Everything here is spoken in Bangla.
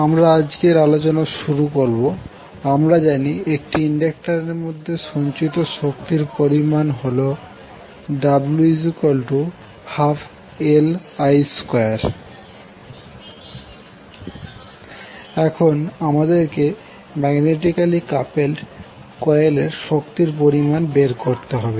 আমরা আজকের আলোচনা শুরু করব আমরা জানি একটি ইন্ডাক্টর এর মধ্যে সঞ্চিত শক্তির পরিমাণ হল w12Li2 এখন আমাদেরকে ম্যাগনেটিকালী কাপেলড কোয়েলের শক্তির পরিমাণ বের করতে হবে